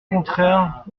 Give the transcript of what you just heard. contraire